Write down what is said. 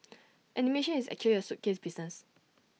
animation is actually A suitcase business